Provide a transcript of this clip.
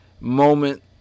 moment